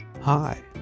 hi